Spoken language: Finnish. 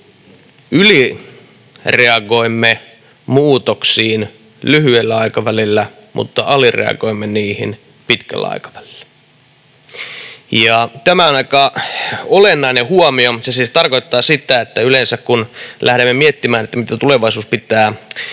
ylireagoimme muutoksiin lyhyellä aikavälillä mutta alireagoimme niihin pitkällä aikavälillä. Tämä on aika olennainen huomio. Se siis tarkoittaa sitä, että yleensä kun lähdemme miettimään, mitä tulevaisuus pitää